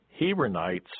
Hebronites